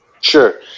Sure